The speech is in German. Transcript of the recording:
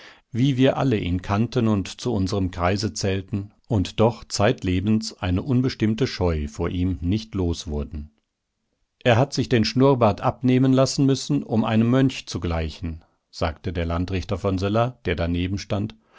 wie wir alle ihn kannten und zu unserem kreise zählten und doch zeitlebens eine unbestimmte scheu vor ihm nicht los wurden er hat sich den schnurrbart abnehmen lassen müssen um einem mönch zu gleichen sagte der landrichter von söller der daneben stand